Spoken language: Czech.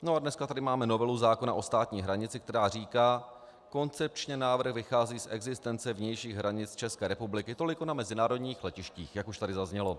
No a dneska tady máme novelu zákona o státní hranici, která říká: Koncepčně návrh vychází z existence vnějších hranic České republiky toliko na mezinárodních letištích, jak už tady zaznělo.